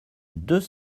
deux